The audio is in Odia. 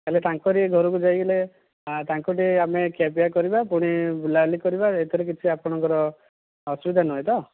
ତାହେଲେ ତାଙ୍କରି ଘରକୁ ଯାଇଥିଲେ ତାଙ୍କଠି ଆମେ ଘରେ ଖିଆ ପିଆ କରିବା ପୁରୀ ବୁଲାବୁଲି କରିବା ଏଥିରେ କିଛି ଆପଣଙ୍କର ଅସୁବିଧା ନୁହେଁ ତ